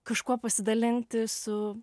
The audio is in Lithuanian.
kažkuo pasidalinti su